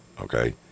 okay